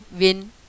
win